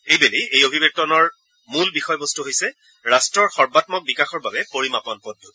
এইবেলি এই অভিৱৰ্তনৰ মূল বিষয়বস্ত হৈছে ৰাষ্ট্ৰৰ সৰ্বাত্মক বিকাশৰ বাবে পৰিমাপণ পদ্ধতি